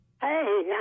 Hey